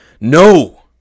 No